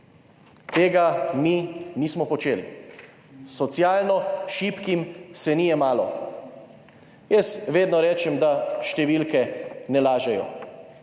Tega mi nismo počeli, socialno šibkim se ni jemalo. Jaz vedno rečem, da številke ne lažejo.